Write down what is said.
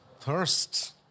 thirst